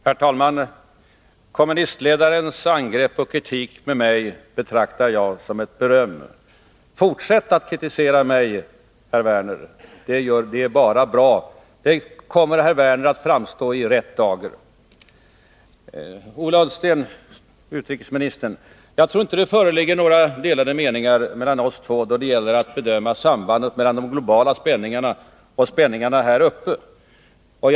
Herr talman! Kommunistledarens angrepp och kritik mot mig betraktar jag som ett beröm. Fortsätt att kritisera mig, herr Werner! Det är bara bra. Det kommer herr Werner att framstå i rätt dager. Till utrikesminister Ola Ullsten vill jag säga att jag inte tror att det föreligger några delade meningar mellan oss två då det gäller att bedöma sambandet mellan de globala spänningarna och spänningarna här uppe i Norden.